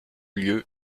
lieu